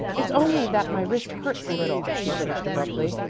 it's only that my wrist hurts a little, she finished abruptly.